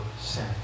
sin